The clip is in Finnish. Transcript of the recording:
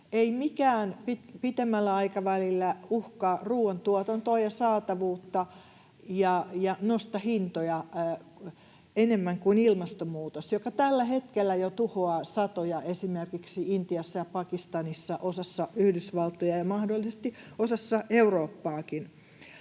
Ei mikään pitemmällä aikavälillä uhkaa ruuan tuotantoa ja saatavuutta ja nosta hintoja enemmän kuin ilmastonmuutos, joka tällä hetkellä jo tuhoaa satoja esimerkiksi Intiassa ja Pakistanissa, osassa Yhdysvaltoja ja mahdollisesti osassa Eurooppaakin.